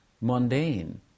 mundane